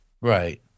Right